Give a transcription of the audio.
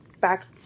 back